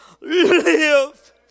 live